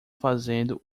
fazendo